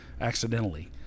accidentally